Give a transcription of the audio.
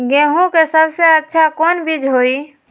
गेंहू के सबसे अच्छा कौन बीज होई?